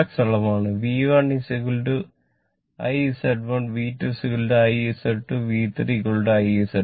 V1 I Z1 V2 I Z2 V3 I Z 3